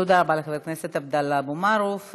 תודה רבה לחבר הכנסת עבדאללה אבו מערוף.